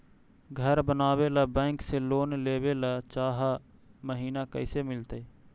घर बनावे ल बैंक से लोन लेवे ल चाह महिना कैसे मिलतई?